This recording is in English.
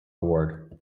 award